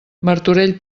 martorell